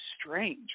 strange